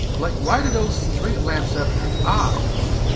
like why do those street lamps have eyes?